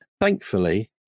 thankfully